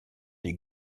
des